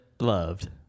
loved